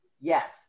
Yes